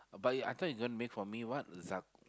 but you I thought you gonna make for me what za~